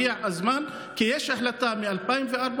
הגיע הזמן, כי יש החלטה מ-2004.